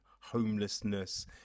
homelessness